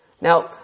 Now